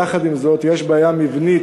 יחד עם זאת, יש בעיה מבנית,